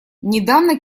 недавно